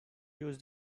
use